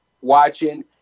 watching